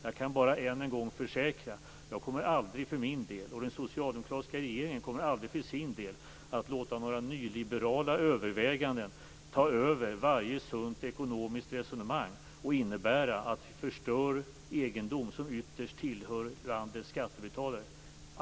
Jag kan bara än en gång försäkra: Jag kommer aldrig för min del, och den socialdemokratiska regeringen kommer aldrig för sin del, att låta några nyliberala överväganden ta över varje sunt ekonomiskt resonemang som innebär att vi förstör egendom som ytterst tillhör landets skattebetalare.